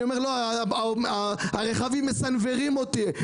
אני אומר שהרכבים מסנוורים אותי,